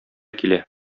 килә